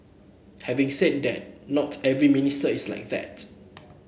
having said that not every minister is like that